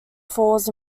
falls